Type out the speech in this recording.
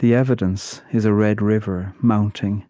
the evidence is a red river, mounting